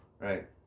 Right